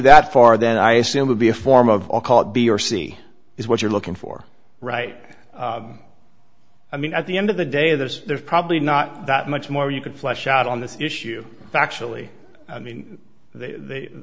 that far then i assume would be a form of all called b r c is what you're looking for right i mean at the end of the day there's there's probably not that much more you could flesh out on this issue factually i mean th